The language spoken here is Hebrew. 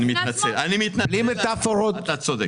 אני מתנצל, אתה צודק.